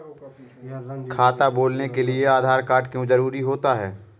खाता खोलने के लिए आधार कार्ड क्यो जरूरी होता है?